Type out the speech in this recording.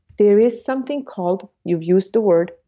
there is something called, you've used the word,